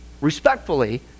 respectfully